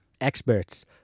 Experts